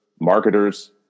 marketers